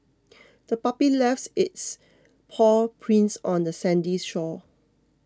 the puppy left its paw prints on the sandy shore